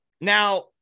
Now